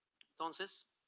Entonces